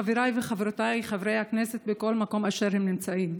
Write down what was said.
חבריי וחברותיי חברי הכנסת בכל מקום אשר הם נמצאים,